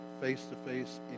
face-to-face